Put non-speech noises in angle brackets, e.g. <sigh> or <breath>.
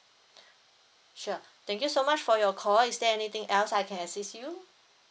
<breath> sure thank you so much for your call is there anything else I can assist you